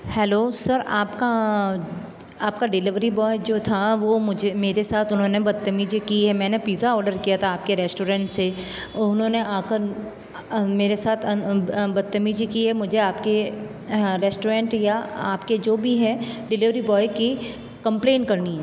hello sir आपका आपका delivery boy जो था वह मुझे मेरे साथ उन्होंने बदतमीजी की है मैंने पिज़्ज़ा ओडर किया था आपके रेस्टोरेंट से उन्होंने आकर मेरे साथ बदतमीजी की है मुझे आपके रेस्टोरेंट या आपके जो भी हैं डिलिवरी बॉय की कम्प्लेन करनी है